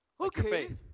Okay